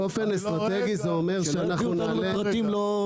באופן אסטרטגי זה אומר -- שלא יביאו אותנו לפרטים לא רלוונטיים.